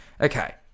Okay